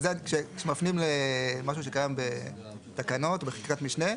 זה, כשמפנים למשהו שקיים בתקנות בחקיקה משנה,